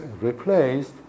replaced